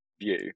view